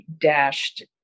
dashed